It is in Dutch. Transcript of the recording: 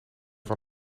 van